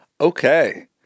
Okay